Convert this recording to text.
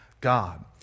God